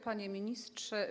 Panie Ministrze!